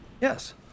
Yes